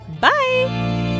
bye